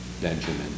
Benjamin